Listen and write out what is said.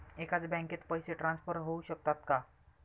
एकाच बँकेत पैसे ट्रान्सफर होऊ शकतात का?